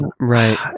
right